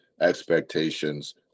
expectations